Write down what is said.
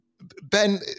Ben